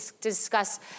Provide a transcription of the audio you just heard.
discuss